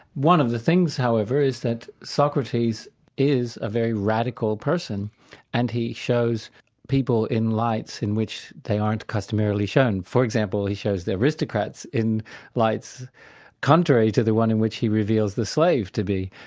one of the things, however, is that socrates is a very radical person and he shows people in lights in which they aren't customarily shown. for example, he shows the aristocrats in lights contrary to the one in which he reveals the slave to be,